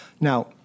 Now